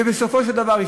ובסופו של דבר,